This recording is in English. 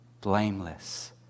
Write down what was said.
blameless